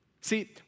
See